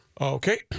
Okay